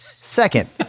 Second